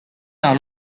d’un